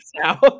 now